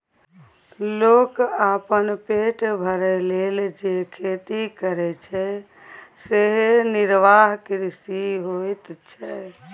लोक अपन पेट भरय लेल जे खेती करय छै सेएह निर्वाह कृषि होइत छै